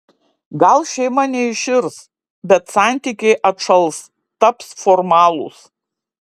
gal šeima neiširs bet santykiai atšals taps formalūs